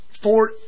Four